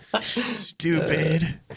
Stupid